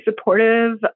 supportive